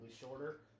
shorter